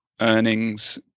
earnings